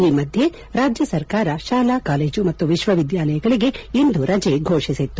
ಈ ಮಧ್ಯೆ ರಾಜ್ಯ ಸರ್ಕಾರ ಶಾಲಾ ಕಾಲೇಜು ಮತ್ತು ವಿಶ್ವವಿದ್ವಾಲಯಗಳಿಗೆ ಇಂದು ರಜೆ ಘೋಷಿಸಿತ್ತು